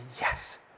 yes